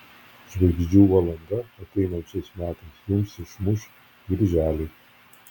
žvaigždžių valanda ateinančiais metais jums išmuš birželį